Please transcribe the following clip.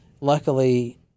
luckily